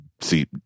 see